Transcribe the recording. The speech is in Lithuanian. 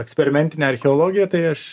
eksperimentine archeologija tai aš